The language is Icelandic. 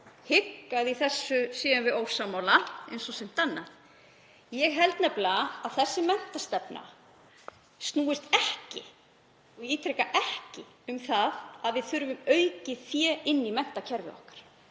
hygg að í þessu séum við ósammála eins og um sumt annað. Ég held nefnilega að þessi menntastefna snúist ekki — ég ítreka: ekki, um að við þurfum aukið fé inn í menntakerfi okkar.